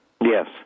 Yes